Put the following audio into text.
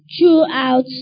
throughout